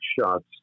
shots